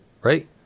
right